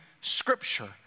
scripture